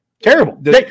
Terrible